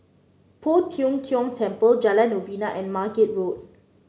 Poh Tiong Kiong Temple Jalan Novena and Margate Road